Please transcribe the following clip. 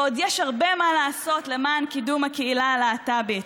ועוד יש הרבה מה לעשות למען קידום הקהילה הלהט"בית".